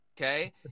okay